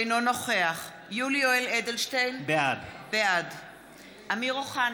אינו נוכח יולי יואל אדלשטיין, בעד אמיר אוחנה,